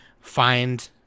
find